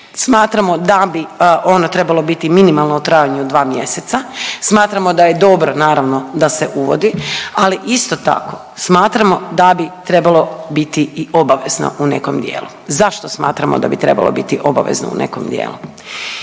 smatramo da bi ono trebalo biti minimalno u trajanju od 2 mjeseca, smatramo da je dobro naravno da se uvodi, ali isto tako smatramo da bi trebalo biti i obavezno u nekom dijelu. Zašto smatramo da bi trebalo biti obavezno u nekom dijelu?